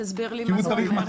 תסביר לי מה זה אומר.